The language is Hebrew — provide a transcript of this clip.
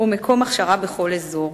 ומקום הכשרה בכל אזור.